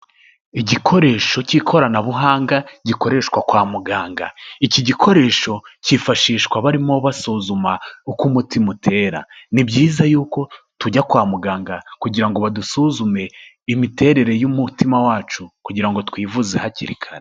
Igikoresho cy'ikoranabuhanga gikoreshwa kwa muganga. Iki gikoresho cyifashishwa barimo basuzuma uko umutima utera. Ni byiza yuko tujya kwa muganga kugira ngo badusuzume imiterere y'umutima wacu kugira ngo twivuze hakiri kare.